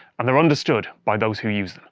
and they're understood by those who use